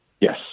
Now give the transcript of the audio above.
yes